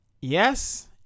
Yes